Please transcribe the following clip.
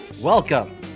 Welcome